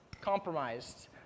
compromised